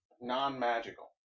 non-magical